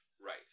right